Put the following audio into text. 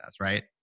right